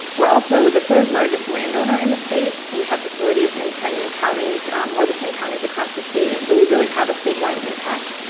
we're also the third largest landowner in the state. we have facilities in ten counties more than ten counties across the state, and so we really have a statewide impact.